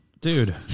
Dude